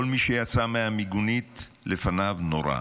כל מי שיצא מהמיגונית לפניו נורה.